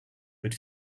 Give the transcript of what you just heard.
but